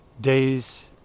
days